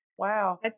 Wow